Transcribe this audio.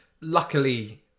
Luckily